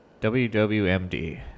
WWMD